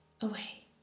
away